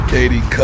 Katie